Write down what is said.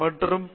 மற்றும் பி